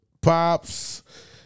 Pops